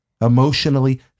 emotionally